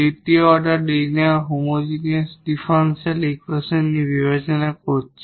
দ্বিতীয় order linear homogeneous differential equation নিয়ে বিবেচনা করছি